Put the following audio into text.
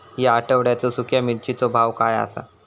या आठवड्याचो सुख्या मिर्चीचो भाव काय आसा?